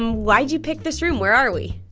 why did you pick this room? where are we?